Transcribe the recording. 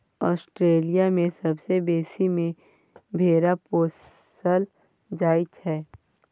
Australia मे सबसँ बेसी भेरा पोसल जाइ छै